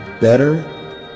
better